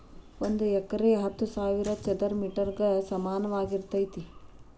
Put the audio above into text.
ಒಂದ ಹೆಕ್ಟೇರ್ ಹತ್ತು ಸಾವಿರ ಚದರ ಮೇಟರ್ ಗ ಸಮಾನವಾಗಿರತೈತ್ರಿ